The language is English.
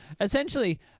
essentially